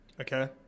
Okay